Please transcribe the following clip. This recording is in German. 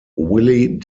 willie